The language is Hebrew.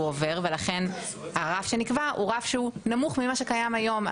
עובר ולכן הרף שנקבע הוא רף שנמוך ממה שקיים היום.